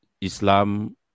islam